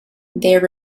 their